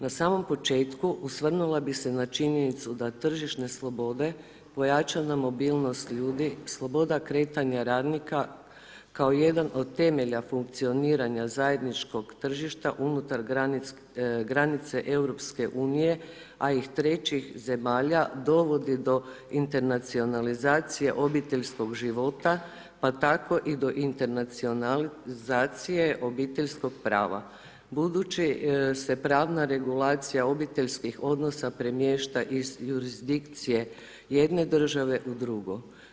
Na samom početku osvrnula bi se na činjenicu da tržišne slobode, pojačana mobilnost ljudi, sloboda kretanja radnika kao jedan od temelja funkcioniranja zajedničkog tržišta unutar granica EU-a a i trećih zemalja dovodi do internacionalizacije obiteljskog života pa tako i do internacionalizacije obiteljskog prava budući se pravna regulacija obiteljskih odnosa premješta iz jurisdikcije jedne države u drugu.